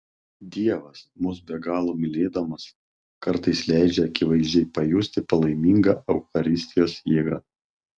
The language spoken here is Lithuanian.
dievas mus be galo mylėdamas kartais leidžia akivaizdžiai pajusti palaimingą eucharistijos jėgą